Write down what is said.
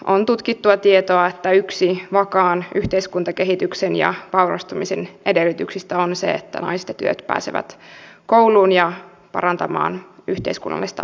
on tutkittua tietoa että yksi vakaan yhteiskuntakehityksen ja vaurastumisen edellytyksistä on se että naiset ja tytöt pääsevät kouluun ja parantamaan yhteiskunnallista asemaansa